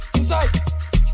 Inside